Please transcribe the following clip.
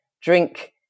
drink